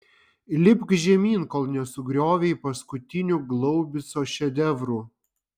lipk žemyn kol nesugriovei paskutinių glaubico šedevrų